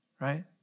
Right